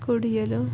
ಕುಡಿಯಲು